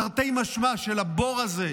תרתי משמע, של הבור הזה.